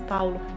Paulo